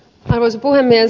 arvoisa puhemies